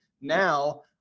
now